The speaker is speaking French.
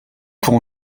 pour